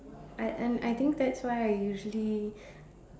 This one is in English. I and I think that's why I usually